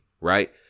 right